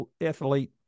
athlete